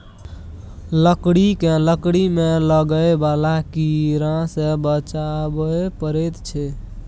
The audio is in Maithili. लकड़ी केँ लकड़ी मे लागय बला कीड़ा सँ बचाबय परैत छै